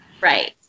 Right